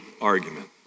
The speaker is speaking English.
argument